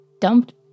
dumped